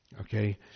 okay